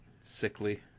sickly